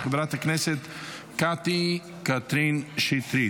של חברת הכנסת קטי קטרין שטרית.